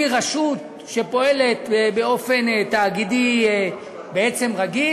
היא רשות שפועלת באופן תאגידי בעצם רגיל,